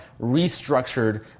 restructured